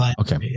Okay